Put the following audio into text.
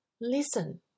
listen